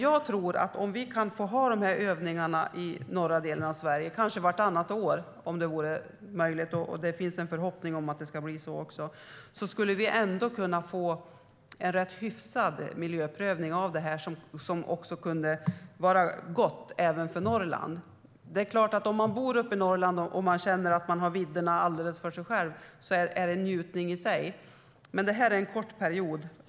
Jag tror att om vi kan ha de här övningarna i norra delen av Sverige, kanske vartannat år - det finns en förhoppning om att det ska bli på det sättet - skulle vi ändå kunna få en ganska hyfsad miljöprövning av det här. Det skulle vara gott även för Norrland. Det är klart att om man bor uppe i Norrland och känner att man har vidderna alldeles för sig själv, är det en njutning i sig. Men det här är en kort period.